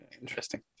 interesting